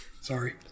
sorry